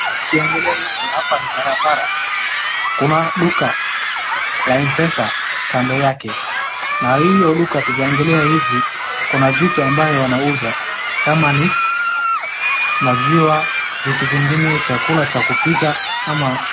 Nikiangali hivi hapa ni barabara. Kuna duka la Mpesa kando yake na hiyo duka tukiangali hivi kuna vitu ambae wanauza kama ni maziwa vitu vingine chakula cha kupika ama.